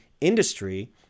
industry